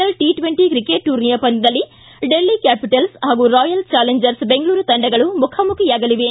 L T twenty cricket ಟೂರ್ನಿಯ ಪಂದ್ಯದಲ್ಲಿ Delhi Capitals ಹಾಗೂ ರಾಯಲ್ಸ್ ಚಾಲೆಂಜರ್ಸ್ ಬೆಂಗಳೂರು ತಂಡಗಳು ಮುಖಾಮುಖಿಯಾಗಲಿವೆ